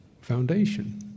foundation